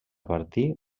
partir